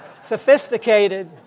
sophisticated